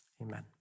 Amen